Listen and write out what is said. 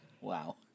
Wow